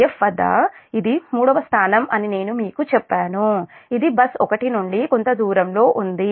'F' వద్ద ఇది మూడవ స్థానం అని నేను మీకు చెప్పాను ఇది బస్ 1 నుండి కొంత దూరంలో ఉంది